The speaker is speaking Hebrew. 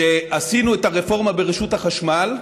כשעשינו את הרפורמה ברשות החשמל,